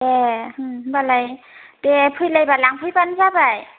ए उम होनबालाय दे फैलायबा लांफैबानो जाबाय